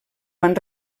van